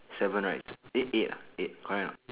seven right eh eight ah eight correct ah